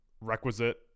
requisite